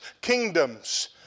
kingdoms